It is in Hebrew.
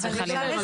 חס וחלילה.